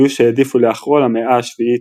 היו שהעדיפו לאחרו למאה ה-7 לפנה"ס.